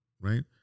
right